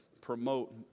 promote